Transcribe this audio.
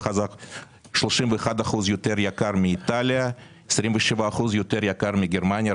31% יותר יקר מאיטליה ו-27% יותר מגרמניה.